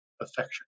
affection